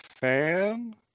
fan